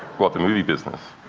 what, the movie business?